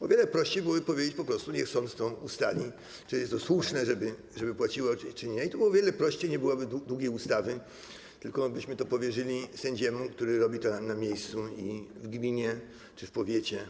O wiele prościej byłoby powiedzieć po prostu: niech sąd to ustali, czy jest słuszne, żeby płacić, czy nie, i to by było o wiele prościej, nie byłoby długiej ustawy, tylko byśmy to powierzyli sędziemu, który robi to na miejscu, w gminie czy w powiecie.